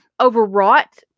overwrought